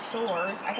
Swords